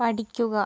പഠിക്കുക